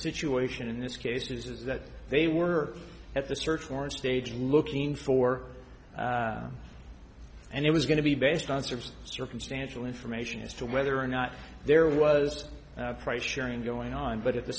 situation in this case is that they were at the search for stage looking for and it was going to be based on sort of circumstantial information as to whether or not there was price sharing going on but at th